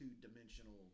two-dimensional